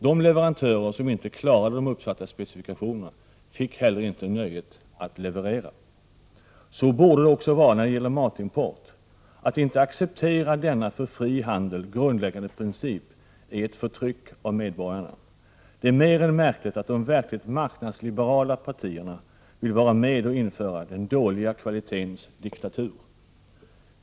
De leverantörer som inte klarade de uppsatta specifikationerna fick inte heller nöjet att leverera. Så borde det också vara när det gäller matimport. Att inte acceptera denna för fri handel grundläggande princip är ett förtryck av medborgarna. Det är mer än märkligt att de verkligt marknadsliberala partierna vill vara med och införa den dåliga kvalitetens diktatur.